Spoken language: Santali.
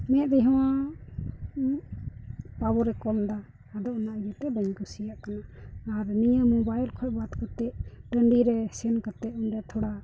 ᱢᱮᱫ ᱨᱮᱦᱚᱸ ᱯᱟᱣᱟᱨ ᱮ ᱠᱚᱢᱫᱟ ᱟᱫᱚ ᱚᱱᱟ ᱤᱭᱟᱹᱛᱮ ᱵᱟᱹᱧ ᱠᱩᱥᱤᱭᱟᱜ ᱠᱟᱱᱟ ᱟᱨ ᱱᱤᱭᱟᱹ ᱢᱳᱵᱟᱭᱤᱞ ᱠᱷᱚᱡ ᱵᱟᱫ ᱠᱟᱛᱮ ᱴᱟᱺᱰᱤ ᱨᱮ ᱥᱮᱱ ᱠᱟᱛᱮ ᱚᱸᱰᱮ ᱛᱷᱚᱲᱟ